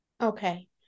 Okay